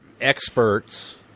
experts